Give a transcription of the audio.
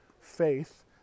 faith